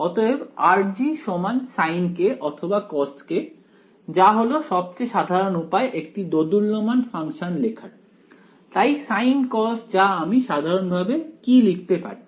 অতএব rG সমান sin k অথবা cos k যা হলো সবচেয়ে সাধারণ উপায় একটি দোদুল্যমান ফাংশন লেখার তাই sin cos যা আমি সাধারণ ভাবে কি লিখতে পারি